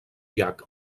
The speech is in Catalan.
llac